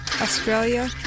Australia